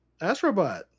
AstroBot